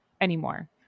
anymore